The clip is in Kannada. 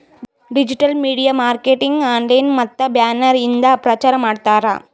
ಡಿಜಿಟಲ್ ಮೀಡಿಯಾ ಮಾರ್ಕೆಟಿಂಗ್ ಆನ್ಲೈನ್ ಮತ್ತ ಬ್ಯಾನರ್ ಇಂದ ಪ್ರಚಾರ್ ಮಾಡ್ತಾರ್